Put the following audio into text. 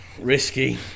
risky